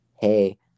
hey